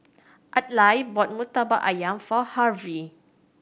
Adlai bought Murtabak Ayam for Harvey